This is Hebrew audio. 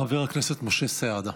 חבר הכנסת משה סעדה.